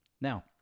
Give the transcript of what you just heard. Now